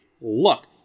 look